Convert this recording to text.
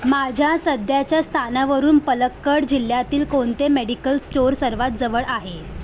माझ्या सध्याच्या स्थानावरून पलक्कड जिल्ह्यातील कोणते मेडिकल स्टोअर सर्वात जवळ आहे